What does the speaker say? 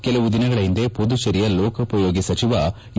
ಕೆಲವು ದಿನಗಳ ಹಿಂದೆ ಪುದುಚೇರಿಯ ಲೋಕೋಪಯೋಗಿ ಸಚಿವ ಎ